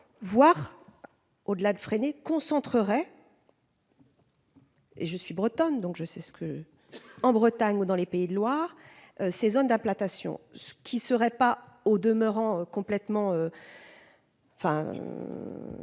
voire au-delà de freiner concentrerait. Et je suis bretonne, donc je sais ce que en Bretagne dans les Pays de Loire, ces zones d'implantation, ce qui serait pas au demeurant complètement enfin